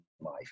life